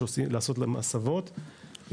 לעשות להם הסבות,